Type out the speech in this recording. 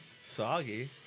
Soggy